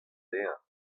dezhañ